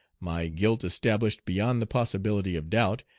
my guilt established beyond the possibility of doubt,